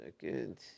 second